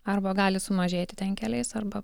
arba gali sumažėti ten keliais arba